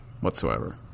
whatsoever